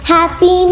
Happy